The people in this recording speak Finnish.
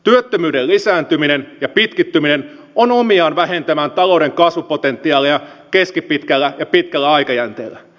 työttömyyden lisääntyminen ja pitkittyminen on omiaan vähentämään talouden kasvupotentiaalia keskipitkällä ja pitkällä aikajänteellä